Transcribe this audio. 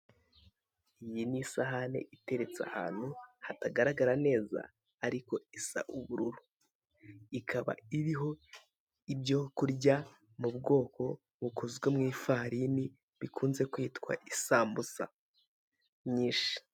Iyi ni isahane iteretse ahantu hatagaragara neza ariko isa ubururu, ikaba iriho ibyo kurya mu bwoko bukozwe mu ifarini bikunze kwitwa isambusa nyinshi.